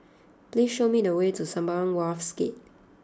please show me the way to Sembawang Wharves Gate